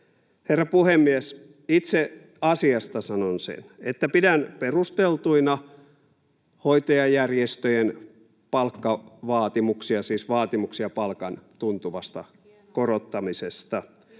Herra puhemies! Itse asiasta sanon sen, että pidän perusteltuina hoitajajärjestöjen palkkavaatimuksia, siis vaatimuksia palkan tuntuvasta korottamisesta.